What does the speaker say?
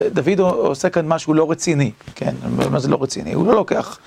דוד עושה כאן משהו לא רציני, כן, מה זה לא רציני? הוא לא לוקח.